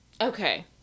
Okay